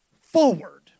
forward